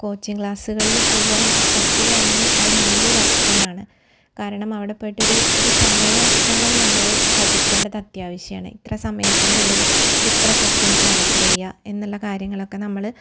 coaching ക്ലാസ്സ്കളിൽ പോവാന് പറ്റുകയാണെങ്കില് അത് നല്ലൊരോപ്ഷനാണ് കാരണമവിടെ പോയിട്ടൊരു ഒരു സമയ ക്രെമം നമ്മൾ പഠിക്കേണ്ടതത്യാവശ്യമാണ് ഇത്ര സമയത്തിൻറ്റുള്ളിൽ ഇത്ര ക്വൊസ്റ്റ്യന്സ് ആന്സറ് ചെയ്യുക എന്നുള്ള കാര്യങ്ങളൊക്കെ നമ്മൾ